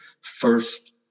first